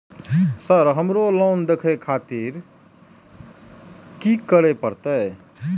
Sir हमरो loan देखें खातिर की करें परतें?